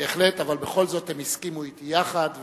בהחלט, אבל בכל זאת הם הסכימו אתי יחד.